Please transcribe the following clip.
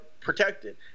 protected